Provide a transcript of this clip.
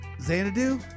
Xanadu